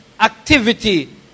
activity